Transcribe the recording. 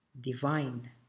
divine